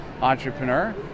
entrepreneur